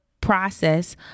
process